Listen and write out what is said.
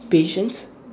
patience